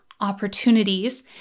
opportunities